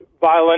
violent